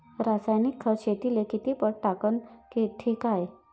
रासायनिक खत शेतीले किती पट टाकनं ठीक हाये?